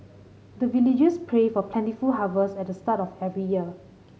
the villagers pray for plentiful harvest at the start of every year